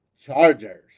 Chargers